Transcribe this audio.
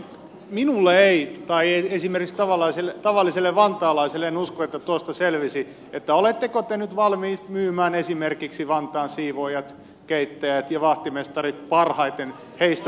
minulle ei tai en usko että esimerkiksi tavalliselle vantaalaiselle tuosta selvinnyt oletteko te nyt valmiit myymään esimerkiksi vantaan siivoojat keittäjät ja vahtimestarit parhaiten heistä tarjoavalle